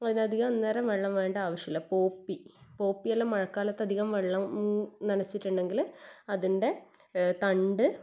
അതിനധികം അന്നേരം വെള്ളം ആവശ്യം ഇല്ല പോപ്പി പോപ്പി എല്ലാം മഴക്കാലത്ത് അധികം വെള്ളം നനച്ചിട്ടുണ്ടെങ്കിൽ അതിൻ്റെ തണ്ട്